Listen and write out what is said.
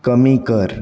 कमी कर